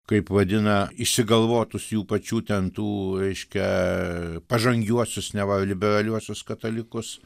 kaip vadina išsigalvotus jų pačių ten tų reiškia pažangiuosius neva liberaliuosius katalikus